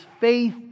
faith